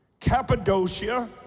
Cappadocia